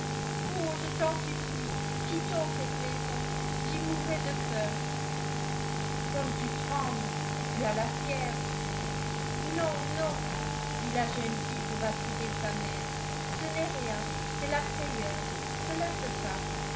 oh je t'en supplie quittons cette maison j'y mourrai de peur comme tu trembles tu as la fièvre non non dit la jeune fille pour rassurer sa mère ce n'est rien c'est la frayeur cela se passe